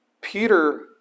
Peter